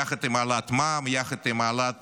יחד עם העלאת המע"מ, יחד עם העלאת